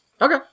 Okay